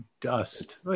dust